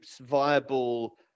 viable